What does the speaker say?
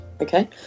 okay